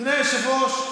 אדוני היושב-ראש,